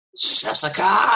Jessica